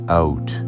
out